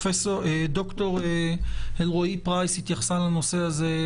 דוקטור אלרואי פרייס התייחסה אתמול לנושא הזה,